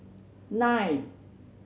nine